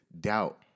doubt